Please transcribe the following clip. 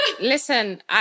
Listen